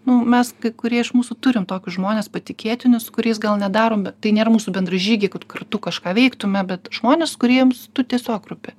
nu mes kai kurie iš mūsų turim tokius žmones patikėtinius kuriais gal nedarom na tai nėra mūsų bendražygiai kad kartu kažką veiktume bet žmonės kuriems tu tiesiog rūpi